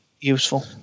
useful